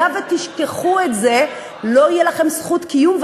היה ותשכחו את זה, לא תהיה לכם זכות קיום.